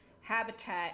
habitat